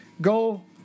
go